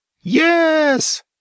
Yes